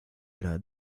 era